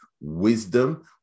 wisdom